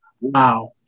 wow